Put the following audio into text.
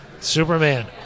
Superman